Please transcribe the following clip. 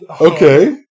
Okay